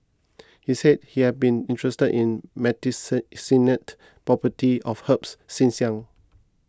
he said he had been interested in property of herbs since young